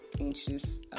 anxious